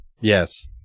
Yes